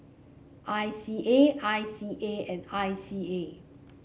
I C A I C A and I C A